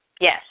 yes